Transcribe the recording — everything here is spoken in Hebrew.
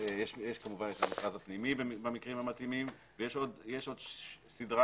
יש כמובן את המכרז הפנימי במקרים המתאימים ויש עוד סדרה